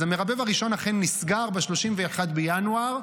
המרבב הראשון אכן נסגר ב-31 בינואר.